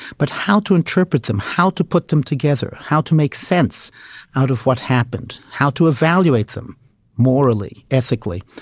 but how to interpret them, how to put them together, how to make sense out of what happened, how to evaluate them morally, ethically?